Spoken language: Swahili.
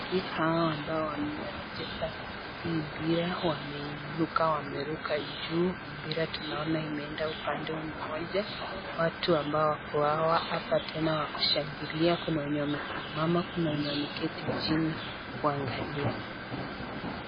Wachezaji hawa ambao wanacheza hii mpira wameinuka wameruka juu , mpira tunaona umeenda upande mmoja ,watu ambao wako hapa tena wa kushangilia kuna wenye wamesimama, kuna wenye wameketi chini akiangalia.